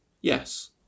Yes